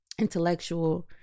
intellectual